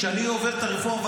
כשאני עובר את הרפורמה,